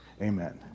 Amen